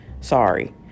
Sorry